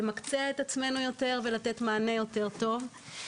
להתמקצע יותר ולתת מענה טוב יותר.